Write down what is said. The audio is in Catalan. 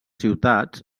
ciutats